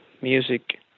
music